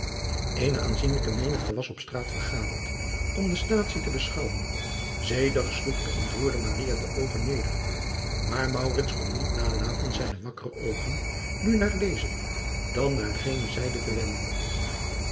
ene aanzienlijke menigte was op straat vergaderd om de staatsie te beschouwen edig sloeg de ontroerde de oogen neder maar kon niet nalaten zijne wakkere oogen nu naar deze dan naar gene zijde te wenden